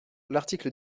l’article